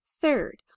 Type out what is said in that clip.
third